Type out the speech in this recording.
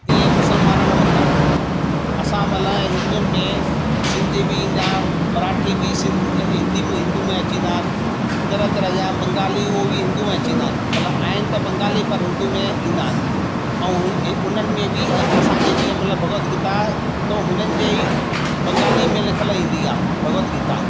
ईअं ई मुसलमान न मञंदा आहिनि असां मतिलबु हिंदुनि में सिंधी बि ईंदा आहिनि मराठी बि सिंध हिंदी बि हिंदू में अची वेंदा आहिनि तरह तरह जा बंगाली उहो बि हिंदू में अची वेंदा आहिनि मतिलबु आहिनि त बंगाली पर हिंदू में ईंदा आहिनि ऐं हिन उन्हनि में बि असांजे जीअं मतिलबु भगवत गीता त हुननि जे ई बंगाली में लिखियलु ईंदी आहे भगवत गीता